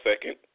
second